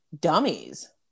dummies